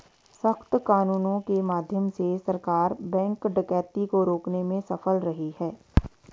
सख्त कानूनों के माध्यम से सरकार बैंक डकैती को रोकने में सफल रही है